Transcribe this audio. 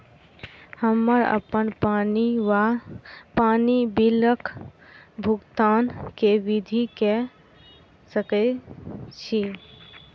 हम्मर अप्पन पानि वा पानि बिलक भुगतान केँ विधि कऽ सकय छी?